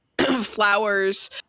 flowers